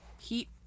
Heat